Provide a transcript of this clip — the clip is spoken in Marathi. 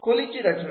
खोलीची रचना